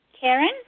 Karen